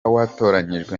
watoranyijwe